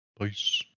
peace